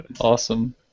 Awesome